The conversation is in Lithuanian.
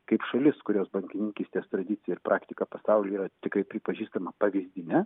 kaip šalis kurios bankininkystės tradicija ir praktika pasaulyje tikrai pripažįstama pavyzdine